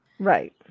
Right